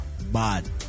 Bad